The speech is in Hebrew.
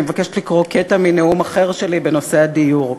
אני מבקשת לקרוא קטע מנאום אחר שלי בנושא הדיור: